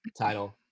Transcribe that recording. title